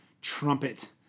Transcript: trumpet